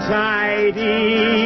tidy